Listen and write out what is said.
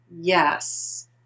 yes